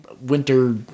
Winter